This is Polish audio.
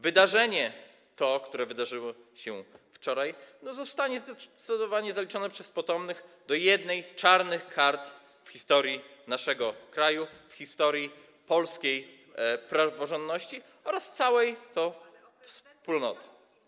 Wydarzenie, które miało miejsce wczoraj, zostanie zdecydowanie zaliczone przez potomnych do jednej z czarnych kart w historii naszego kraju, w historii polskiej praworządności oraz całej Wspólnoty.